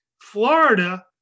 Florida